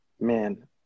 man